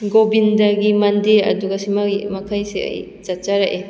ꯒꯣꯕꯤꯟꯗꯒꯤ ꯃꯟꯙꯤꯔ ꯑꯗꯨꯒ ꯁꯤꯃꯩ ꯃꯈꯩꯁꯤ ꯑꯩ ꯆꯠꯆꯔꯛꯏ